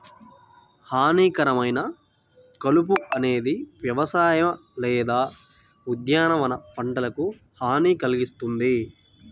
హానికరమైన కలుపు అనేది వ్యవసాయ లేదా ఉద్యానవన పంటలకు హాని కల్గిస్తుంది